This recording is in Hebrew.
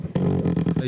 1